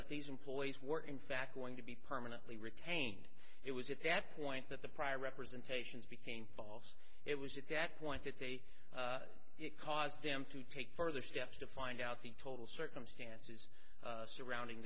that these employees were in fact going to be permanently retained it was at that point that the prior representations became volves it was at that point that they caused them to take further steps to find out the total circumstances surrounding